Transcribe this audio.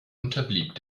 unterblieb